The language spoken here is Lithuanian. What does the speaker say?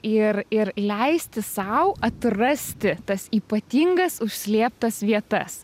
ir ir leisti sau atrasti tas ypatingas užslėptas vietas